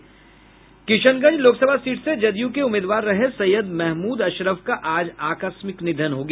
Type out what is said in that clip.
Kishanganj Lok Sabha seat से जदयू के उम्मीदवार रहे सैयद महमूद अशरफ का आज आकस्मिक निधन हो गया